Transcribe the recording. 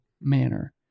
manner